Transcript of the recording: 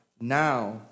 now